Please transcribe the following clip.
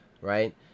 right